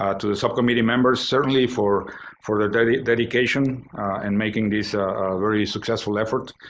ah to the subcommittee members, certainly for for the dedication and making this very successful effort,